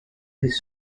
his